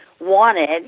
wanted